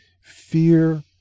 fear